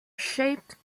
shaped